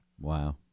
Wow